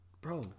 Bro